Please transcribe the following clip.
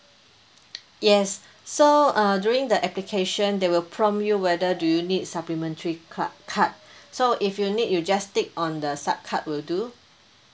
yes so uh during the application they will prompt you whether do you need supplementary card card so if you need you just take on the sub card will do